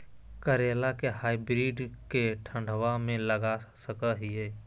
करेला के हाइब्रिड के ठंडवा मे लगा सकय हैय?